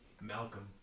Malcolm